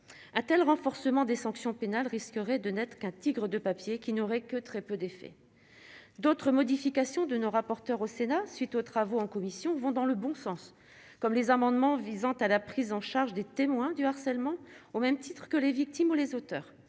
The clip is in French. a-t-elle renforcement des sanctions pénales risquerait de n'être qu'un tigre de papier qui n'aurait que très peu d'effets, d'autres modifications de nos rapporteurs au Sénat suite aux travaux en commissions vont dans le bon sens, comme les amendements visant à la prise en charge des témoins du harcèlement au même titre que les victimes ou les auteurs,